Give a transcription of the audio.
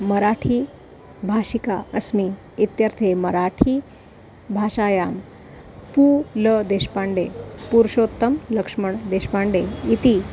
मराठीभाषिका अस्मि इत्यर्थे मराठी भाषायां पू ल देश्पाण्डे पूरुषोत्तं लक्ष्मण् देश्पाण्डे इति